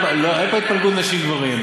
אין פה התפלגות נשים וגברים.